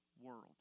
world